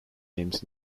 names